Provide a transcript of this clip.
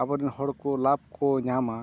ᱟᱵᱚᱨᱮᱱ ᱦᱚᱲᱠᱚ ᱞᱟᱵᱽᱠᱚ ᱧᱟᱢᱟ